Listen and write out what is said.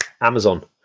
Amazon